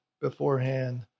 beforehand